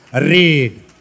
Read